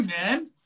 man